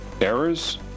errors